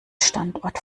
standort